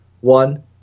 one